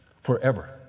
forever